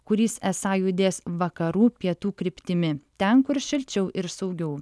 kuris esą judės vakarų pietų kryptimi ten kur šilčiau ir saugiau